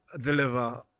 deliver